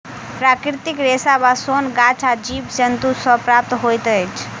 प्राकृतिक रेशा वा सोन गाछ आ जीव जन्तु सॅ प्राप्त होइत अछि